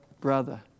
brother